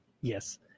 yes